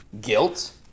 guilt